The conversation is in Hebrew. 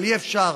אבל אי-אפשר